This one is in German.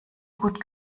gut